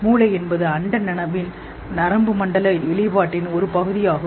மூளை என்பது அண்ட நனவின் நரம்பு மண்டல வெளிப்பாட்டின் ஒரு பகுதியாகும்